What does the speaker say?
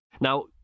Now